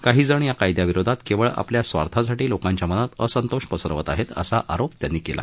काहीजण या कायद्याविरोधात केवळ आपल्या स्वार्थासाठी लोकांच्या मनात असंतोष पसरवत आहेत असा आरोप त्यांनी केला